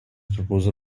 proposal